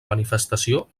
manifestació